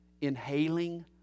inhaling